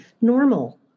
normal